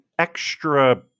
extra